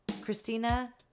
Christina